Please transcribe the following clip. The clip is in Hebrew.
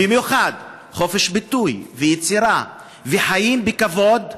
במיוחד חופש ביטוי ויצירה וחיים בכבוד,